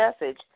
message